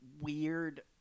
weird